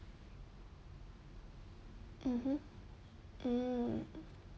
mmhmm mm